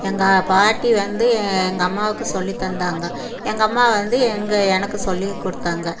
எங்கள் பாட்டி வந்து எங்கள் அம்மாவுக்கு சொல்லித் தந்தாங்க எங்கள் அம்மா வந்து எங்கள் எனக்கு சொல்லிக் கொடுத்தாங்க